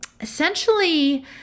essentially